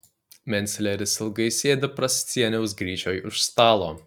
mencleris ilgai sėdi prascieniaus gryčioj už stalo